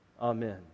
Amen